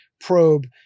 probe